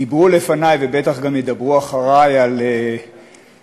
דיברו לפני ובטח גם ידברו אחרי על ממשלה